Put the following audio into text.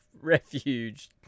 refuge